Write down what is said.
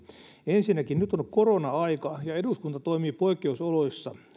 ensinnäkin nyt on korona aika ja eduskunta toimii poikkeusoloissa